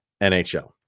NHL